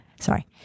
sorry